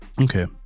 Okay